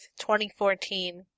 2014